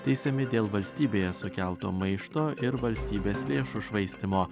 teisiami dėl valstybėje sukelto maišto ir valstybės lėšų švaistymo